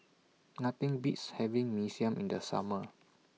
Nothing Beats having Mee Siam in The Summer